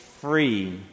free